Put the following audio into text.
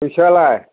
फैसायालाय